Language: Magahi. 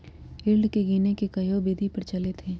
यील्ड के गीनेए के कयहो विधि प्रचलित हइ